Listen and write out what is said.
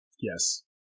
Yes